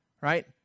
Right